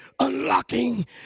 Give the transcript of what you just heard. unlocking